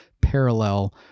parallel